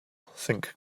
think